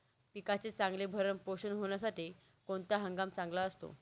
पिकाचे चांगले भरण पोषण होण्यासाठी कोणता हंगाम चांगला असतो?